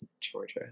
Georgia